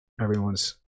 everyone's